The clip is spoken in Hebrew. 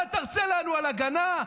אתה תרצה לנו על הגנה?